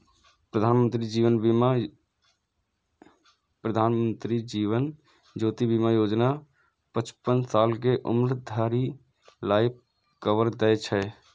प्रधानमंत्री जीवन ज्योति बीमा योजना पचपन साल के उम्र धरि लाइफ कवर दै छै